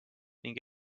ning